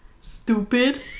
stupid